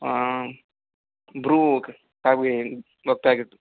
Bru coffee ఒక packet